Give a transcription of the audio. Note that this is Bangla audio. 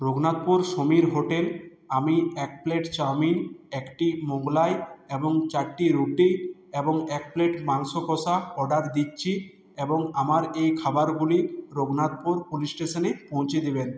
রঘুনাথপুর সমীর হোটেল আমি এক প্লেট চাউমিন একটি মোগলাই এবং চারটি রুটি এবং এক প্লেট মাংস কষা অর্ডার দিচ্ছি এবং আমার এই খাবারগুলি রঘুনাথপুর পুলিশ স্টেশনে পৌঁছে দেবেন